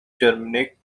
germanic